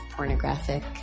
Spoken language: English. Pornographic